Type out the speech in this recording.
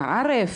אנא ערף,